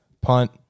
punt